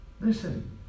listen